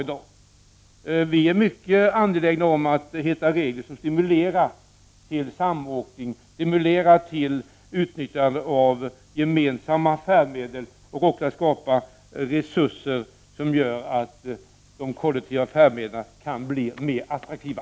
Vi i centern är mycket angelägna om att finna regler som stimulerar till samåkning och utnyttjande av gemensamma färdmedel samt att finna förutsättningar som skapar resurser för att kunna göra de kollektiva färdmedlen mer attraktiva.